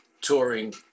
touring